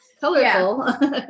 Colorful